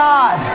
God